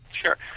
Sure